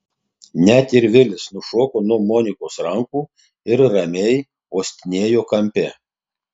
net ir vilis nušoko nuo monikos rankų ir ramiai uostinėjo kampe